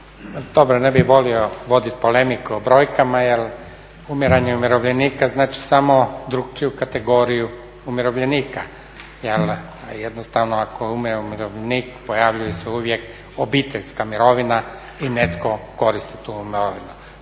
tome ne bih volio voditi polemiku po brojkama jer umiranje umirovljenika znači samo drukčiju kategoriju umirovljenika. Jer jednostavno ako umire umirovljenik pojavljuje se uvijek obiteljska mirovina i netko koristiti tu mirovinu.